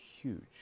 huge